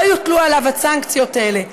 ולא יוטלו עליו הסנקציות האלה.